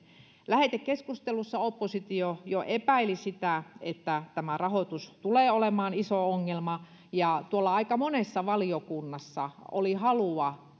lähetekeskustelussa oppositio jo epäili että tämä rahoitus tulee olemaan iso ongelma ja tuolla aika monella valiokunnassa oli halua